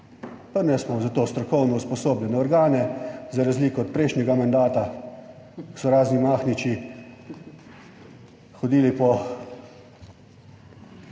imamo za to strokovno usposobljene organe za razliko od prejšnjega mandata, ko so razni Mahniči hodili po